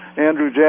Andrew